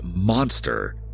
monster